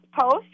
post